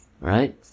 Right